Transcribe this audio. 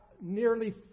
nearly